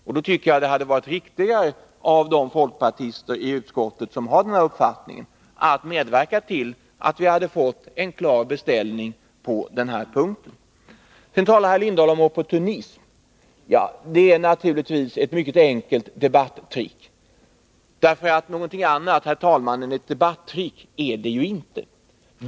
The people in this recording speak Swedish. Därför tycker jag det hade varit riktigare av de folkpartister i utskottet som har denna uppfattning att medverka till en klar beställning på den här punkten. Sedan talade herr Lindahl om opportunism. Det är naturligtvis ett mycket enkelt debattrick — någonting annat än ett debattrick är det inte, herr talman.